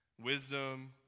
wisdom